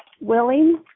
willing